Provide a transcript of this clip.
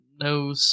no